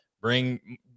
bring